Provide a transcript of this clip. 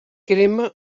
crema